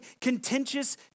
contentious